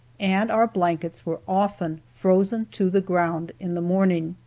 and our blankets were often frozen to the ground in the morning.